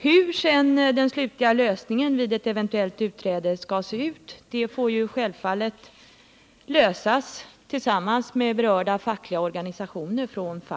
Hur den slutliga lösningen vid ett eventuellt utträde skall se ut får självfallet avgöras från fall till fall tillsammans med de berörda fackliga organisationerna.